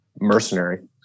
mercenary